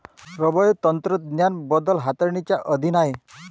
rubber तंत्रज्ञान बदल हाताळणीच्या अधीन आहे